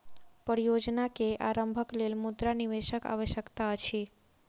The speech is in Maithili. परियोजना के आरम्भक लेल मुद्रा निवेशक आवश्यकता अछि